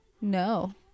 No